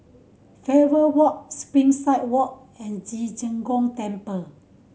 Faber Walk Springside Walk and Ci Zheng Gong Temple